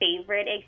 favorite